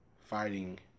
fighting